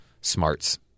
smarts